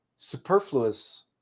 Superfluous